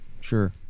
sure